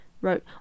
wrote